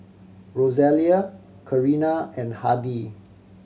Rosalia Karina and Hardie